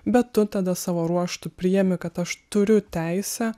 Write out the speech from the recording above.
bet tu tada savo ruožtu priimi kad aš turiu teisę